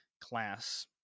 class